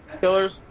killers